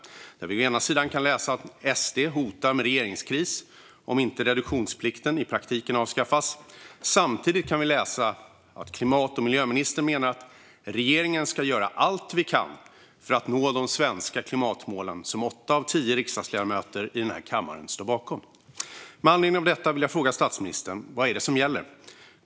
Å ena sidan kan vi läsa att SD hotar med regeringskris om inte reduktionsplikten i praktiken avskaffas. Å andra sidan kan vi läsa att klimat och miljöministern menar att regeringen ska göra allt den kan för att nå de svenska klimatmålen, som åtta av tio riksdagsledamöter i denna kammare står bakom. Med anledning av detta vill jag fråga statsministern: Vad är det som gäller?